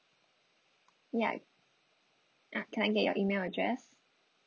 ya uh can I get your email address